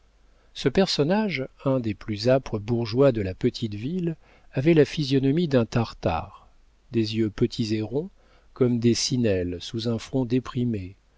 ce personnage un des plus âpres bourgeois de la petite ville avait la physionomie d'un tartare des yeux petits et ronds comme des sinelles sous un front déprimé